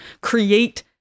create